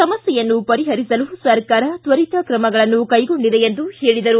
ಸಮಸ್ಕೆಯನ್ನು ಪರಿಪರಿಸಲು ಸರ್ಕಾರ ತ್ವರಿತ ಕ್ರಮಗಳನ್ನು ಕೈಗೊಂಡಿದೆ ಎಂದು ಹೇಳಿದರು